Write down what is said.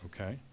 Okay